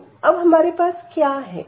तो अब हमारे पास क्या है